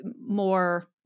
more